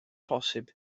posib